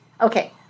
okay